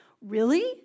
Really